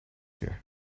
here